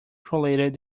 correlated